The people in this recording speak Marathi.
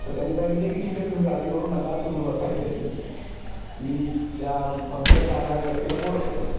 तर त्यांनी सांगितले की ठीक आहे तुम्ही काळजी करू नका तुम्ही बसा इथे मी त्या पंक्चर काढणाऱ्या व्यक्तीला बोलवतो